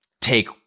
take